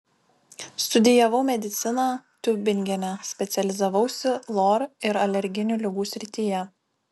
studijavau mediciną tiubingene specializavausi lor ir alerginių ligų srityje